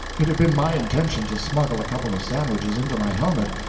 it had been my intention to smuggle a couple of sandwiches into my helmet,